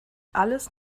alles